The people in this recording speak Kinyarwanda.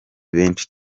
benshi